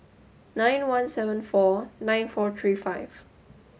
nine one seven our nine four three five